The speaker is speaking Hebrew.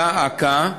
דא עקא,